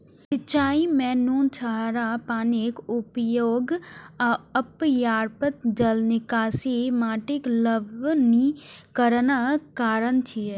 सिंचाइ मे नोनछराह पानिक उपयोग आ अपर्याप्त जल निकासी माटिक लवणीकरणक कारण छियै